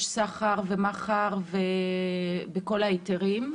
יש סחר מכר בכל ההיתרים.